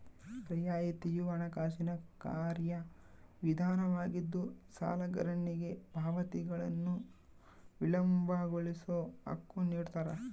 ರಿಯಾಯಿತಿಯು ಹಣಕಾಸಿನ ಕಾರ್ಯವಿಧಾನವಾಗಿದ್ದು ಸಾಲಗಾರನಿಗೆ ಪಾವತಿಗಳನ್ನು ವಿಳಂಬಗೊಳಿಸೋ ಹಕ್ಕು ನಿಡ್ತಾರ